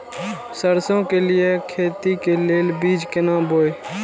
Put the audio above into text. सरसों के लिए खेती के लेल बीज केना बोई?